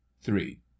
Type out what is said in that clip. Three